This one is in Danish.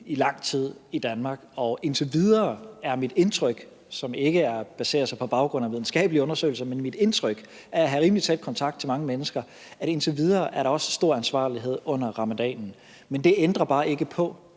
i lang tid i Danmark, og indtil videre er mit indtryk – som ikke baserer sig på videnskabelige undersøgelser, men fra rimelig tæt kontakt til mange mennesker – at der også er stor ansvarlighed under ramadanen. Men det ændrer bare ikke på,